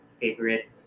favorite